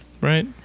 Right